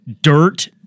dirt